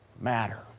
matter